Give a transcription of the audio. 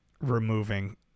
removing